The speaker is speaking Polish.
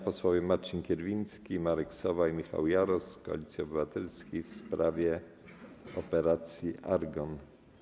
Posłowie Marcin Kierwiński, Marek Sowa i Michał Jaros z Koalicji Obywatelskiej w sprawie operacji „Argon”